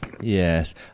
Yes